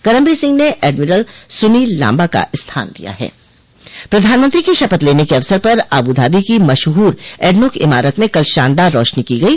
करमबीर सिंह ने एडमिरल सुनील लाम्बा का स्थान लिया है प्रधानमंत्री के शपथ लेने के अवसर पर आबूधाबी की मशहूर एडनोक इमारत में कल शानदार रौशनी की गई